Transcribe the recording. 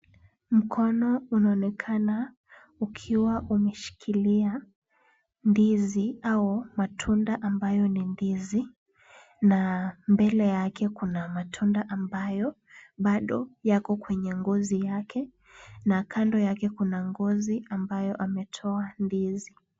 Mkono unaonekana ukiwa umeshikilia ndizi au matunda ambayo ni ndizi na mbele yake kuna matunda ambayo bado yako kwenye ngozi yake na kando yake kuna ngozi ambayo ametoa ndizi.